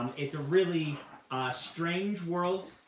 it's a really strange world.